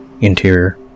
Interior